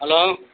hello